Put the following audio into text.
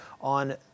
on